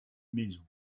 maisons